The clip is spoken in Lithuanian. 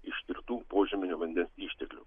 ištirtų požeminio vandens išteklių